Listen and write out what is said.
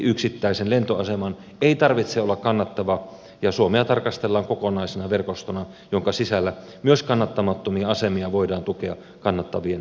yksittäisen lentoaseman ei tarvitse olla kannattava ja suomea tarkastellaan kokonaisena verkostona jonka sisällä myös kannattamattomia asemia voidaan tukea kannattavien toiminnalla